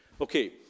Okay